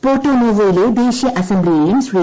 Porto നോവോയിലെ ദേശീയ അസംബ്ലിയേയും ശ്രീ